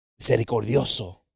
Misericordioso